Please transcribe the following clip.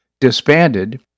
disbanded